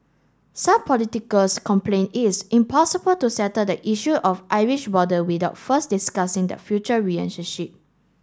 some politicals complained it's impossible to settle the issue of Irish border without first discussing the future relationship